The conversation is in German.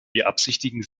beabsichtigen